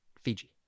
Fiji